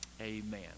amen